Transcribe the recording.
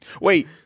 Wait